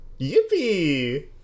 Yippee